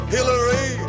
Hillary